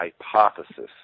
hypothesis